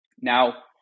Now